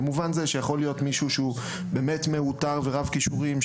במובן זה שיכול להיות מישהו מעוטר ורב כישורים,